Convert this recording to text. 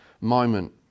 moment